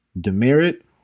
demerit